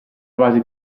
base